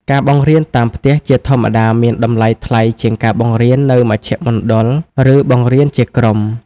ការបង្រៀនតាមផ្ទះជាធម្មតាមានតម្លៃថ្លៃជាងការបង្រៀននៅមជ្ឈមណ្ឌល ឬបង្រៀនជាក្រុម។